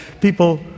People